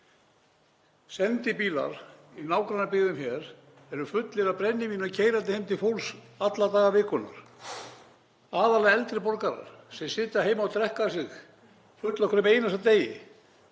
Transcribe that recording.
Sendibílar í nágrannabyggðum hér eru fullir af brennivíni að keyra heim til fólks alla daga vikunnar, aðallega til eldri borgara sem sitja heima og drekka sig fulla á hverjum einasta degi.